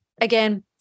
Again